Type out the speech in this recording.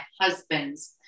husband's